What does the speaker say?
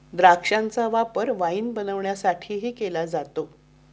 द्राक्षांचा वापर वाईन बनवण्यासाठीही केला जातो